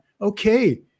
Okay